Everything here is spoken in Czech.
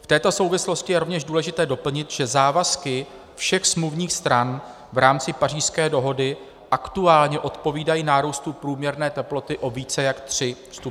V této souvislosti je rovněž důležité doplnit, že závazky všech smluvních stran v rámci Pařížské dohody aktuálně odpovídají nárůstu průměrné teploty o více než 3 °C.